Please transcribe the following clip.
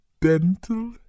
dental